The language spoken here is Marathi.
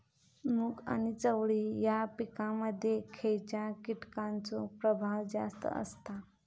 मूग आणि चवळी या पिकांमध्ये खैयच्या कीटकांचो प्रभाव जास्त असता?